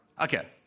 Okay